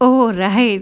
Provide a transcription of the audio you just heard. alright